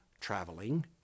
traveling